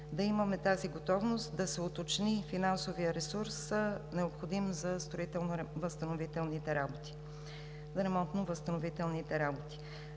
да имаме тази готовност да се уточни финансовият ресурс, необходим за ремонтно-възстановителните работи.